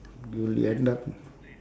you'll end up